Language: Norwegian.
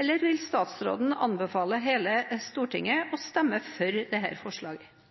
eller vil statsråden anbefale hele Stortinget å stemme for dette forslaget?